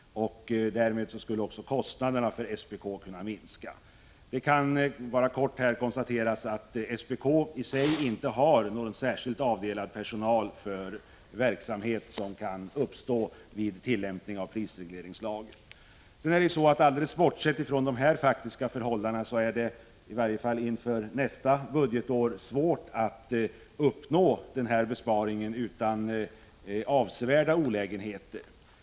Därmed skulle också kostnaderna för SPK kunna minska. Det kan i sammanhanget helt kort konstateras att SPK i sig inte har någon särskilt avdelad personal för verksamhet som kan uppkomma vid tillämpning av prisregleringslagen. Alldeles bortsett från dessa faktiska förhållanden är det i varje fall inför nästa budgetår svårt att uppnå denna besparing utan avsevärda olägenheter.